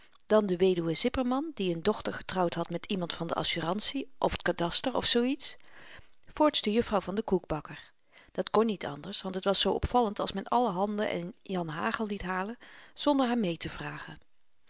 dan de weduwe zipperman die n dochter getrouwd had met iemand van de assurantie of t kadaster of zoo iets voorts de juffrouw van den koekbakker dat kon niet anders want het was zoo opvallend als men allerhande en janhagel liet halen zonder haar meetevragen